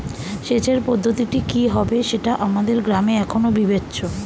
সেচের পদ্ধতিটি কি হবে সেটা আমাদের গ্রামে এখনো বিবেচ্য